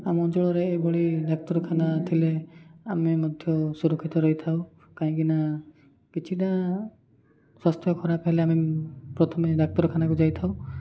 ଆମ ଅଞ୍ଚଳରେ ଏଭଳି ଡାକ୍ତରଖାନା ଥିଲେ ଆମେ ମଧ୍ୟ ସୁରକ୍ଷିତ ରହିଥାଉ କାହିଁକିନା କିଛିଟା ସ୍ୱାସ୍ଥ୍ୟ ଖରାପ ହେଲେ ଆମେ ପ୍ରଥମେ ଡାକ୍ତରଖାନାକୁ ଯାଇଥାଉ